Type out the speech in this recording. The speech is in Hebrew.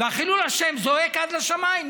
וחילול השם זועק עד לשמיים.